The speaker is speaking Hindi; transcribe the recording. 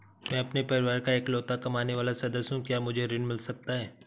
मैं अपने परिवार का इकलौता कमाने वाला सदस्य हूँ क्या मुझे ऋण मिल सकता है?